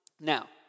Now